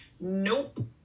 nope